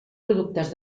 productes